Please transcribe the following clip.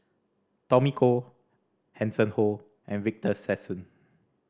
Tommy Koh Hanson Ho and Victor Sassoon